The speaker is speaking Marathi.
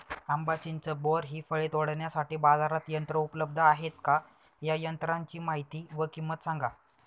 आंबा, चिंच, बोर हि फळे तोडण्यासाठी बाजारात यंत्र उपलब्ध आहेत का? या यंत्रांची माहिती व किंमत सांगा?